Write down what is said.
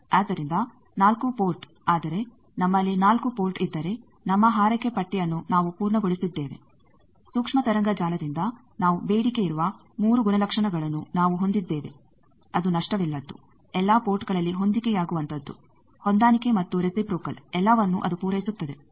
ಆದ್ದರಿಂದ 4 ಪೋರ್ಟ್ ಆದರೆ ನಮ್ಮಲ್ಲಿ 4 ಪೋರ್ಟ್ ಇದ್ದರೆ ನಮ್ಮ ಹಾರೈಕೆ ಪಟ್ಟಿಯನ್ನು ನಾವು ಪೂರ್ಣಗೊಳಿಸಿದ್ದೇವೆ ಸೂಕ್ಷ್ಮ ತರಂಗ ಜಾಲದಿಂದ ನಾವು ಬೇಡಿಕೆಯಿರುವ 3 ಗುಣಲಕ್ಷಣಗಳನ್ನು ನಾವು ಹೊಂದಿದ್ದೇವೆ ಅದು ನಷ್ಟವಿಲ್ಲದ್ದು ಎಲ್ಲಾ ಪೋರ್ಟ್ಗಳಲ್ಲಿ ಹೊಂದಿಕೆಯಾಗುವಂತದ್ದು ಹೊಂದಾಣಿಕೆ ಮತ್ತು ರೆಸಿಪ್ರೋಕಲ್ ಎಲ್ಲಾವನ್ನು ಅದು ಪೂರೈಸುತ್ತದೆ